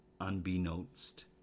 unbeknownst